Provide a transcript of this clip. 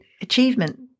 achievement